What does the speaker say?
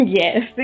yes